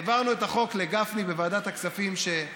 העברנו את החוק לגפני בוועדת הכספים והוא